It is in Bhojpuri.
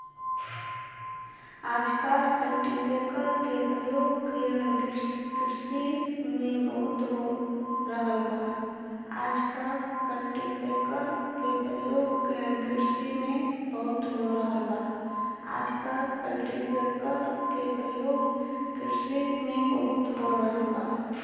आजकल कल्टीपैकर के परियोग किरसी में बहुत हो रहल बा